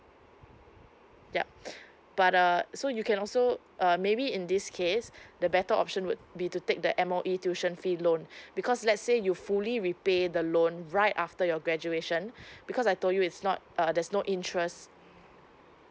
yup but uh so you can also uh maybe in this case the better option would be to take the M_O_E tuition fee loan because let's say you fully repay the loan right after your graduation because I told you it's not a there's no interest